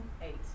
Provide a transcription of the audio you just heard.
Eight